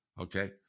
Okay